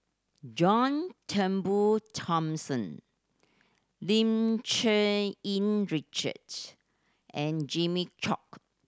John Turnbull Thomson Lim Cherng Yih Richard and Jimmy Chok